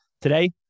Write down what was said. Today